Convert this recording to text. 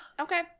Okay